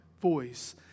voice